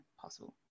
possible